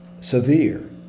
severe